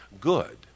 good